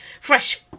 Fresh